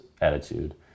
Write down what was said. attitude